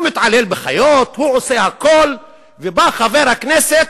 הוא מתעלל בחיות, הוא עושה הכול, ובא חבר הכנסת,